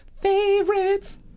favorites